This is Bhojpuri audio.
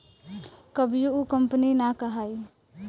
कभियो उ कंपनी ना कहाई